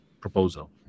proposal